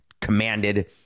commanded